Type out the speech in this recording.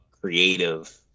creative